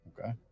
Okay